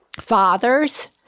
fathers